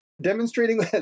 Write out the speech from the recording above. demonstrating